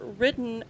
written